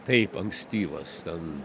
taip ankstyvas ten